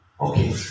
Okay